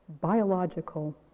biological